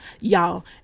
Y'all